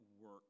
work